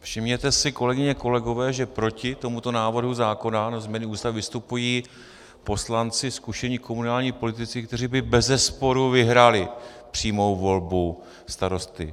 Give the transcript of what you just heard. Všimněte si, kolegyně, kolegové, že proti tomuto návrhu zákona vystupují poslanci, zkušení komunální politici, kteří by bezesporu vyhráli přímou volbu starosty.